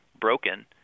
broken